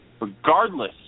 Regardless